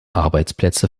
arbeitsplätze